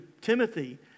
Timothy